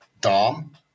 Dom